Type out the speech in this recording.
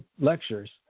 lectures